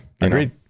Agreed